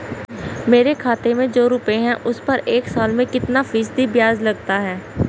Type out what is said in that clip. मेरे खाते में जो रुपये हैं उस पर एक साल में कितना फ़ीसदी ब्याज लगता है?